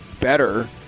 better